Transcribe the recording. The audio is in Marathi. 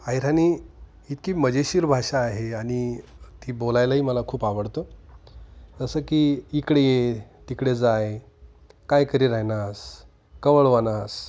अहिराणी इतकी मजेशीर भाषा आहे आणि ती बोलायलाही मला खूप आवडतं जसं की इकडे ये तिकडे जाय काय करी रायनास कवळवनास